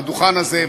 על הדוכן הזה,